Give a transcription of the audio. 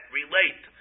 relate